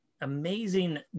amazing